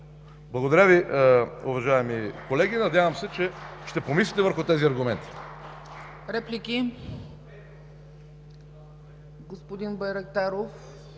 Благодаря Ви, уважаеми колеги. Надявам се, че ще помислите върху тези аргументи.